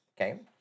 okay